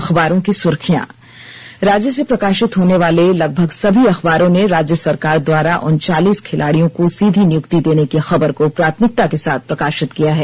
अखबारों की सुर्खियां राज्य से प्रकाशित होने वाले लगभग सभी अखबारों ने राज्य सरकार द्वारा उनचालीस खिलाड़ियों को सीधी नियुक्ति देने की खबर को प्राथमिकता के साथ प्रकाशित किया है